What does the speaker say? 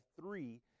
three